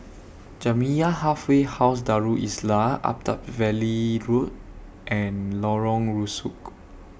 Jamiyah Halfway House Darul Islah Attap Valley Road and Lorong Rusuk